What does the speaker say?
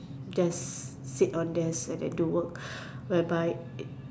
just sit on desk and do work where by